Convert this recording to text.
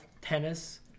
tennis